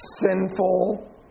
sinful